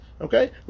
okay